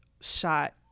shot